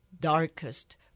darkest